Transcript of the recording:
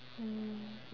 mm